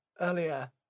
earlier